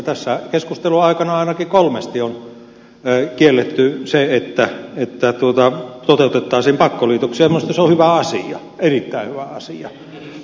tässä keskustelun aikana ainakin kolmesti on kielletty se että toteutettaisiin pakkoliitoksia ja minusta se on hyvä asia erittäin hyvä asia